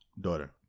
daughter